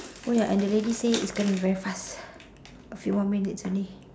oh ya and the lady say it's gonna be very fast a few more minutes only